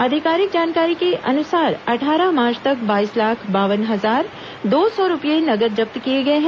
आधिकारिक जानकारी के अनुसार अट्ठारह मार्च तक बाईस लाख बावन हजार दो सौ रूपए नगद जब्त किए गए हैं